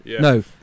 No